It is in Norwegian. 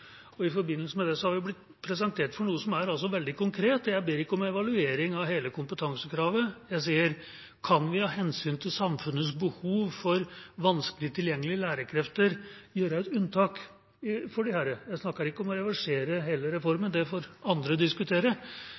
og i forbindelse med det har vi blitt presentert for noe som er veldig konkret. Jeg ber ikke om evaluering av hele kompetansekravet, jeg sier: Kan vi av hensyn til samfunnets behov for vanskelig tilgjengelige lærerkrefter gjøre et unntak for disse? Jeg snakker ikke om å reversere hele reformen, det får andre diskutere,